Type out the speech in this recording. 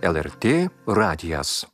lrt radijas